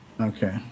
okay